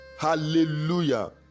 hallelujah